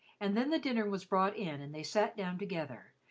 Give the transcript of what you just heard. and then the dinner was brought in and they sat down together,